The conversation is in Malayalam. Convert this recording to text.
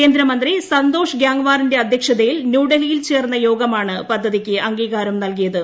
കേന്ദ്രമന്ത്രി സന്തോഷ് ഗാംങ്വാറിന്റെ അധ്യക്ഷതയിൽ ന്യൂ ഡൽഹിയിൽ ചേർന്ന യോഗമാണ് പദ്ധതിക്ക് അംഗീകാരം നൽകിയത്